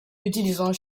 utilisant